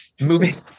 moving